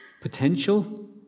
potential